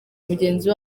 mugenzi